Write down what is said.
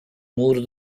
muro